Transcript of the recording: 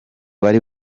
bari